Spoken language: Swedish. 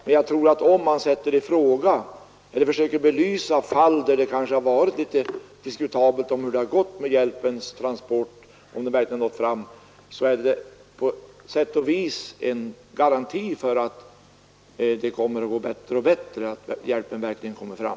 Men jag tror att om man försöker belysa fall där det kanske har varit en smula diskutabelt om hjälpen verkligen nått fram så kan vi kanske på det sättet medverka till att det i detta avseende blir allt bättre och bättre, så att hjälpen verkligen kommer fram.